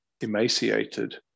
emaciated